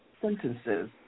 sentences